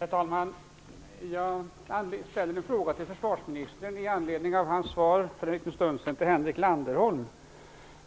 Herr talman! Jag ställer min fråga till försvarsministern i anledning av hans svar för en liten stund sedan till Henrik Landerholm.